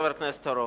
חבר הכנסת אורון.